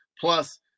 plus